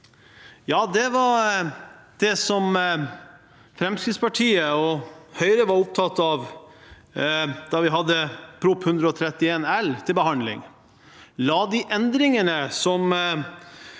Det var det Fremskrittspartiet og Høyre var opptatt av da vi hadde Prop. 131 L til behandling – å la de endringene som